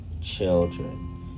children